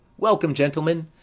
welcome, gentlemen!